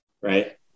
Right